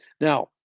now